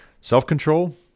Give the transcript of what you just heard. Self-control